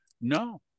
No